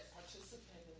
participate